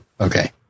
Okay